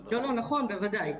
בוודאי.